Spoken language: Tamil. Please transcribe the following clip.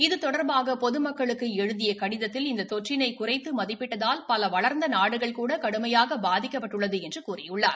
இதுதொடர்பாகபொதமக்களுக்குஏழுதியகடிதத்தில் இந்ததொற்றினைகுறைத்துமதிப்பிட்டதால் பலவளர்ந்தநாடுகள்கூடகடுமையாகபாதிக்கப்பட்டுள்ளதுஎன்றுகூறியுள்ளார்